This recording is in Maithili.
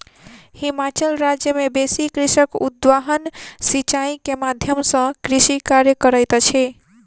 हिमाचल राज्य मे बेसी कृषक उद्वहन सिचाई के माध्यम सॅ कृषि कार्य करैत अछि